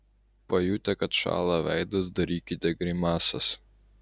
pajutę kad šąla veidas darykite grimasas